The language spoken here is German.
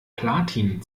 platin